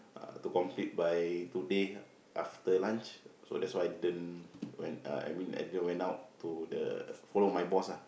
uh to complete by today after lunch so that's why I didn't when uh I mean I didn't went out to the follow my boss ah